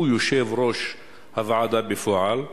הוא יושב-ראש הוועדה בפועל,